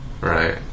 right